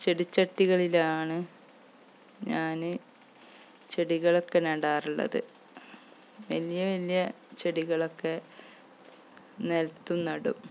ചെടിച്ചട്ടികളിലാണ് ഞാന് ചെടികളൊക്കെ നടാറുള്ളത് വലിയ വലിയ ചെടികളൊക്കെ നിലത്തും നടും